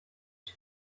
iki